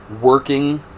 working